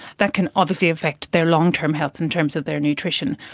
that can obviously affect their long-term health in terms of their nutrition.